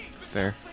Fair